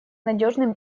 надежным